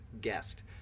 guest